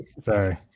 Sorry